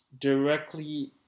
Directly